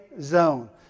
zone